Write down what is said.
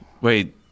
Wait